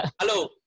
Hello